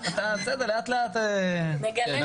נגלה לך.